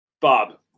Bob